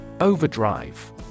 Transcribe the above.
Overdrive